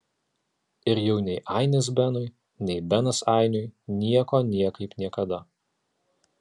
ir jau nei ainis benui nei benas ainiui nieko niekaip niekada